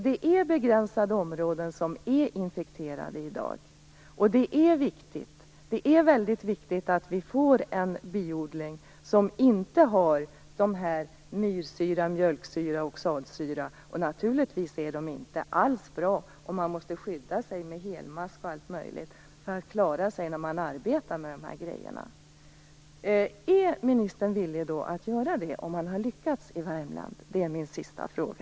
Det är begränsade områden som i dag är infekterade. Det är väldigt viktigt att vi får en biodling utan myrsyra, mjölksyra och oxalsyra. Naturligtvis är det alls inte bra om man måste skydda sig med helmask etc. för att klara sig när man arbetar med sådana här saker. Min sista fråga är alltså om ministern är beredd att acceptera att det går att utrota varroa och sätta i gång en utrotning i Sverige, om det nu har lyckats i Värmland.